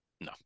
No